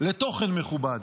לתוכן מכובד.